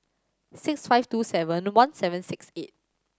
six five two seven one seven six eight